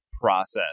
process